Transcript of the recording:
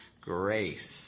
grace